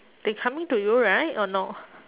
they coming to you right or no